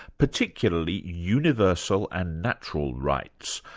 particularly universal and natural rights,